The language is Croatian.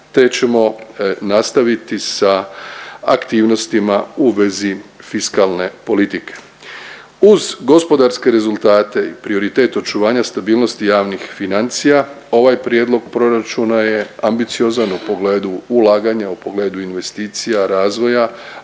te ćemo nastaviti sa aktivnostima u vezi fiskalne politike. Uz gospodarske rezultate i prioritet očuvanja stabilnosti javnih financija ovaj prijedlog proračuna je ambiciozan u pogledu ulaganja u pogledu investicija razvoja,